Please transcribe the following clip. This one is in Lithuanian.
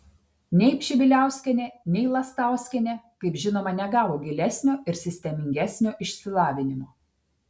nei pšibiliauskienė nei lastauskienė kaip žinoma negavo gilesnio ir sistemingesnio išsilavinimo